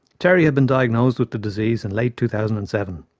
terry had been diagnosed with the disease in late two thousand and seven.